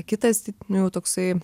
kitas nu jau toksai